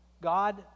God